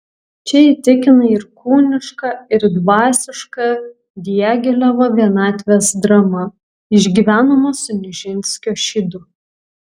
čia įtikina ir kūniška ir dvasiška diagilevo vienatvės drama išgyvenama su nižinskio šydu